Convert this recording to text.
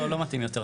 לא מתאים יותר,